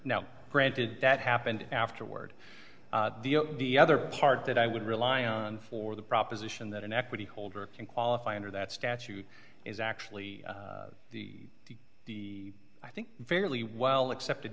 now granted that happened afterward the other part that i would rely on for the proposition that an equity holder can qualify under that statute is actually the the i think fairly well accepted